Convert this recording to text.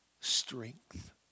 strength